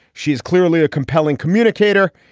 she's clearly a compelling communicator.